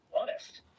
honest